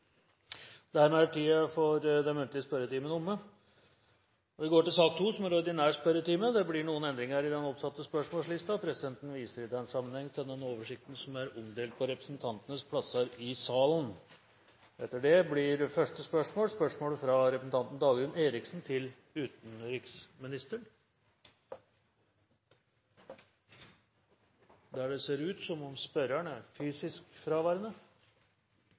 Dermed er den muntlige spørretimen omme, og vi går videre til den ordinære spørretimen. Det blir noen endringer i den oppsatte spørsmålslisten. Presidenten viser i den sammenheng til den oversikt som er omdelt på representantenes plasser i salen. Endringene var som følger: Spørsmål 3, fra representanten Jan Arild Ellingsen til forsvarsministeren, må utsettes til neste spørretime, da statsråden er